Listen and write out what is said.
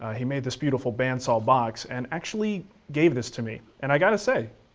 he made this beautiful bandsaw box and actually gave this to me. and i gotta say,